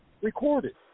recorded